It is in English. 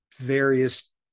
various